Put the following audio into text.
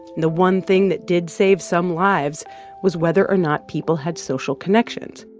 the one thing that did save some lives was whether or not people had social connections.